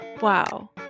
wow